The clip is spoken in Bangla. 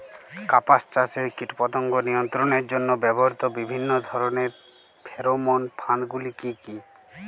কাপাস চাষে কীটপতঙ্গ নিয়ন্ত্রণের জন্য ব্যবহৃত বিভিন্ন ধরণের ফেরোমোন ফাঁদ গুলি কী?